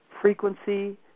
frequency